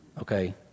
Okay